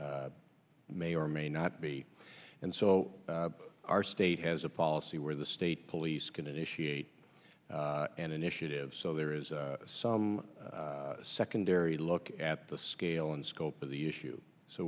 may or may not be and so our state has a policy where the state police can initiate an initiative so there is some secondary look at the scale and scope of the issue so